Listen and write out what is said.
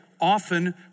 often